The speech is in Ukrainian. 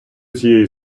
цієї